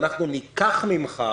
אנחנו ניקח ממך,